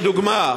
לדוגמה,